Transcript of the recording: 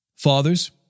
Fathers